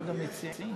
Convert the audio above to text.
יש עתיד,